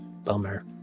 Bummer